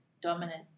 dominant